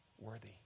worthy